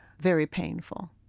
very painful.